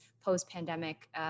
post-pandemic